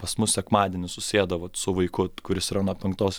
pas mus sekmadienį susėda vat su vaiku kuris yra nuo penktos